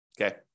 Okay